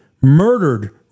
murdered